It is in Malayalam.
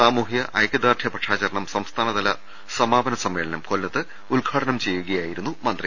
സാമൂഹ്യ ഐകൃദാർഢ്യ പക്ഷാചരണം സംസ്ഥാനതല സമാപന സമ്മേളനം കൊല്ലത്ത് ഉദ്ഘാടനം ചെയ്യുകയായിരുന്നു മന്ത്രി